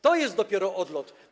To jest dopiero odlot.